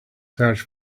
search